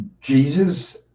Jesus